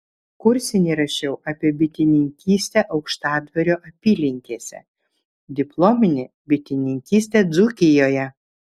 kursinį rašiau apie bitininkystę aukštadvario apylinkėse diplominį bitininkystę dzūkijoje